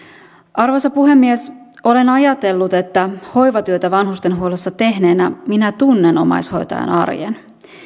arvoisa puhemies olen ajatellut että hoivatyötä vanhustenhuollossa tehneenä minä tunnen omaishoitajan arjen